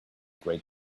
great